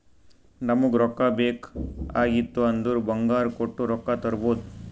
ನಮುಗ್ ರೊಕ್ಕಾ ಬೇಕ್ ಆಗಿತ್ತು ಅಂದುರ್ ಬಂಗಾರ್ ಕೊಟ್ಟು ರೊಕ್ಕಾ ತರ್ಬೋದ್